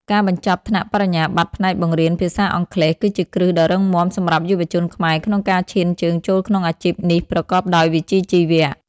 ការបញ្ចប់ថ្នាក់បរិញ្ញាបត្រផ្នែកបង្រៀនភាសាអង់គ្លេស គឺជាគ្រឹះដ៏រឹងមាំសម្រាប់យុវជនខ្មែរក្នុងការឈានជើងចូលក្នុងអាជីពនេះប្រកបដោយវិជ្ជាជីវៈ។